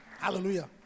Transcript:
Hallelujah